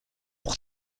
pour